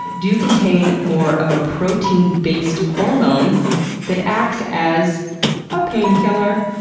do contain more of a protein-based hormone that acts as a painkiller.